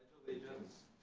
allegiance